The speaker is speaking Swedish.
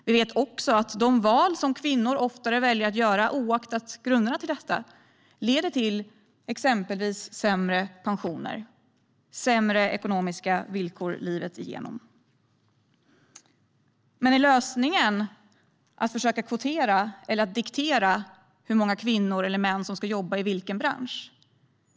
Vi vet också att de val kvinnor oftare gör, oavsett grunderna till det, leder till exempelvis sämre pensioner och sämre ekonomiska villkor livet igenom. Men är lösningen att försöka kvotera, eller att diktera hur många kvinnor eller män som ska jobba i vilken bransch?